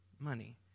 money